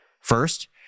First